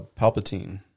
Palpatine